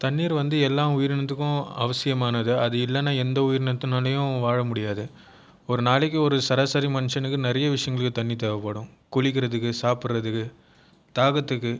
தண்ணீர் வந்து எல்லாம் உயிரினத்திற்கும் அவசியமானது அது இல்லைன்னா எந்த உயிரினத்தினாலயும் வாழ முடியாது ஒரு நாளைக்கு ஒரு சராசரி மனுஷனுக்கு நிறைய விஷயங்கள் தண்ணி தேவைப்படும் குளிக்குரத்துக்கு சாப்பிடறதுக்கு தாகத்துக்கு